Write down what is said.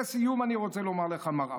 לסיום, אני רוצה לומר לך, מר עבאס,